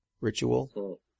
ritual